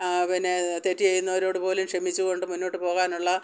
പിന്നെ തെറ്റ് ചെയ്യുന്നവരോടു പോലും ക്ഷമിച്ചു കൊണ്ടു മുന്നോട്ടു പോകാനുള്ള